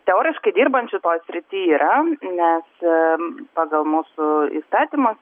teoriškai dirbančių toj srity yra nes pagal mūsų įstatymus